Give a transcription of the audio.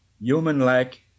human-like